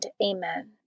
Amen